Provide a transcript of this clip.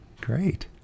great